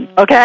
Okay